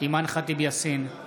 אימאן ח'טיב יאסין,